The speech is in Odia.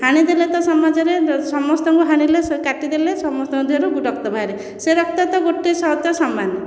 ହାଣିଦେଲେ ତ ସମାଜରେ ସମସ୍ତଙ୍କୁ ହାଣିଲେ କାଟିଦେଲେ ସମସ୍ତଙ୍କ ଦେହରୁ ରକ୍ତ ବାହାରିବ ସେ ରକ୍ତ ତ ଗୋଟିଏ ସହିତ ସମାନ